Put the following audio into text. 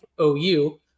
OU